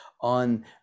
on